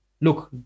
look